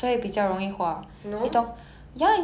crayon can be quite rough also